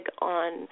on